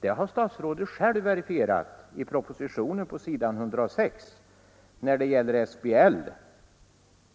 Det har statsrådet själv verifierat på s. 106 i propositionen, där han beträffande SBL